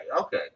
okay